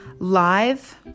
live